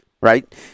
Right